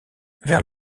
vers